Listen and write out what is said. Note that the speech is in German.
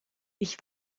ich